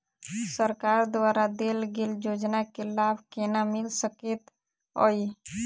सरकार द्वारा देल गेल योजना केँ लाभ केना मिल सकेंत अई?